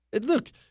Look